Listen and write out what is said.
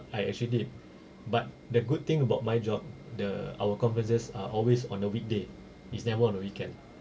I actually did but the good thing about my job the our conferences are always on a weekday is never on the weekend